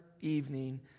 evening